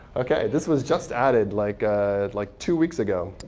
ok, this was just added like ah like two weeks ago.